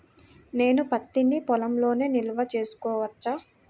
నేను పత్తి నీ పొలంలోనే నిల్వ చేసుకోవచ్చా?